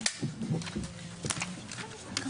הישיבה ננעלה בשעה 11:42.